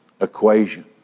equation